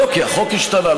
לא כי החוק השתנה,